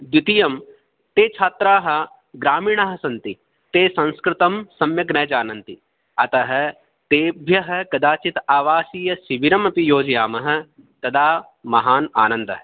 द्वितीयं ते छात्राः ग्रामीणाः सन्ति ते संस्कृतं सम्यक् न जानन्ति अतः तेभ्यः कदाचित् आवाह्य शिबिरम् अपि योजयामः तदा महान् आनन्दः